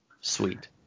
Sweet